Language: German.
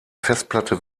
festplatte